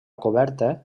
coberta